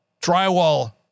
drywall